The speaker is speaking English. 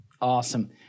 Awesome